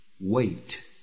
wait